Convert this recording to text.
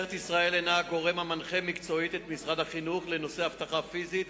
מ-1 במרס 2009 אסרה זאת המשטרה,